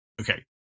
Okay